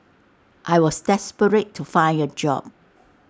I was desperate to find A job